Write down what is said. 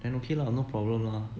then okay lah no problem lah